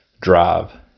drive